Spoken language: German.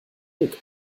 dick